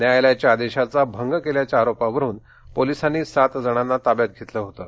न्यायालयाच्या आदेशाचा भंग केल्याच्या आरोपावरून पोलिसांनी सात जणांना ताव्यात घेतलं होतं